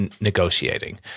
negotiating